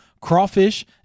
crawfish